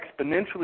exponentially